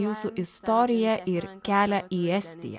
jūsų istoriją ir kelią į estiją